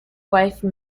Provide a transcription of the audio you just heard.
wife